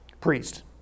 priest